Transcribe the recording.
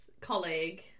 Colleague